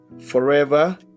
Forever